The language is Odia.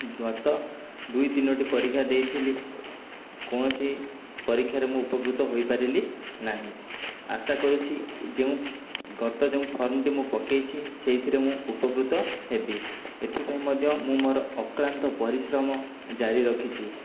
ଗତ ଦୁଇ ତିନୋଟି ପରୀକ୍ଷା ଦେଇଥିଲି କୌଣସି ପରୀକ୍ଷାରେ ମୁଁ ଉପକୃତ ହୋଇପାରିଲି ନାହିଁ ଆଶା କରୁଛି ଯେଉଁ ଗତ ଯେଉଁ ଫର୍ମଟି ମୁଁ ପକେଇଛି ସେଥିରେ ମୁଁ ଉପକୃତ ହେବି ଏଥିପାଇଁ ମଧ୍ୟ ମୁଁ ମୋର ଅକ୍ଲାନ୍ତ ପରିଶ୍ରମ ଜାରି ରଖିଛି